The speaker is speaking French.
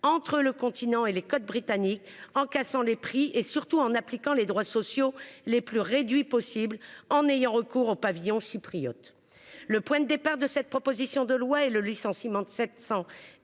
entre le continent et les côtes britanniques. Elles ont cassé les prix et appliqué les droits sociaux les plus réduits possible en ayant recours au pavillon chypriote. Le point de départ de cette proposition de loi est le licenciement de 786